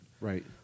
Right